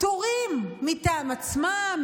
פטורים מטעם עצמם,